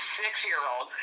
six-year-old